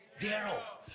thereof